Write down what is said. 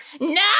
no